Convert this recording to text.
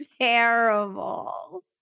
terrible